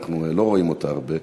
ובגללן אנחנו לא רואים אותה הרבה.